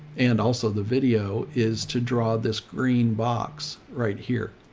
and also the video is to draw this green box right here.